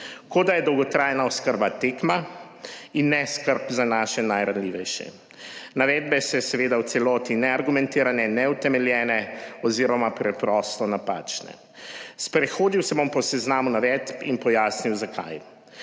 Kot da je dolgotrajna oskrba tekma in ne skrb za naše najranljivejše. Navedbe so seveda v celoti neargumentirane, neutemeljene oziroma preprosto napačne. Sprehodil se bom po seznamu navedb in pojasnil, zakaj